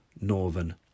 Northern